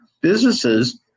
businesses